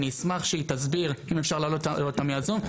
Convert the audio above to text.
אני אשמח שהיא תסביר, אם אפשר להעלות אותה מהזום.